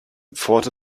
pforte